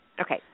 Okay